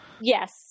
Yes